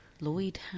Lloyd